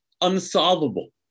unsolvable